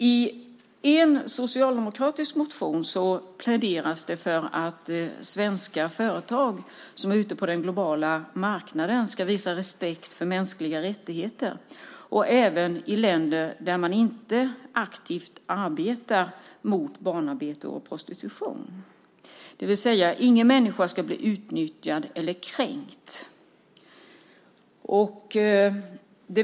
I en socialdemokratisk motion pläderas det för att svenska företag som är ute på den globala marknaden ska visa respekt för mänskliga rättigheter även i länder där man inte aktivt arbetar mot barnarbete och prostitution. Ingen människa ska bli utnyttjad eller kränkt.